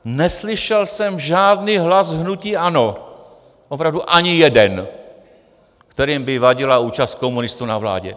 Neslyšel jsem žádný hlas hnutí ANO, opravdu ani jeden, kterým by vadila účast komunistů na vládě.